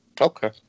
Okay